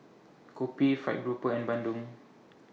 Kopi Fried Grouper and Bandung